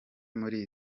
muri